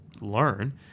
learn